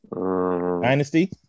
Dynasty